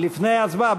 לפני ההצבעה?